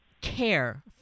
care